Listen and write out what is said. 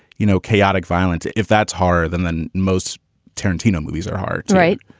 you know, chaotic violence, if that's harder than than most tarantino movies are hard, right?